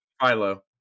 Philo